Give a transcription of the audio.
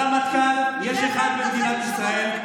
שר ביטחון יש אחד במדינת ישראל,